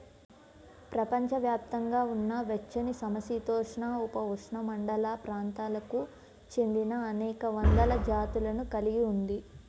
ప్రపంచవ్యాప్తంగా ఉన్న వెచ్చనిసమశీతోష్ణ, ఉపఉష్ణమండల ప్రాంతాలకు చెందినఅనేక వందల జాతులను కలిగి ఉంది